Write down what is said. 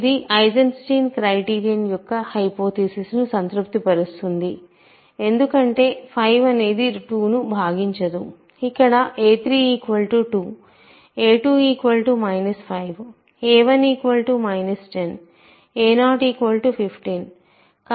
ఇది Eisenstein criterion యొక్క hypothesis ను సంతృప్తిపరుస్తుంది ఎందుకంటే 5 అనేది 2 ను భాగించదు ఇక్కడ a3 2 a2 5 a1 10 a0 15